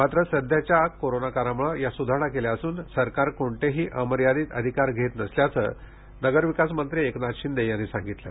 मात्र सध्याच्या कोरोना काळामुळे या सुधारणा केल्या असून सरकार कोणतेही अमर्यादित अधिकार घेत नसल्याचं नगरविकास मंत्री एकनाथ शिंदे यांनी सांगितलं